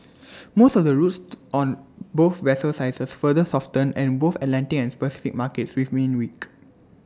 most of the routes on both vessel sizes further softened and both Atlantic and Pacific markets remained weak